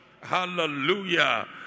Hallelujah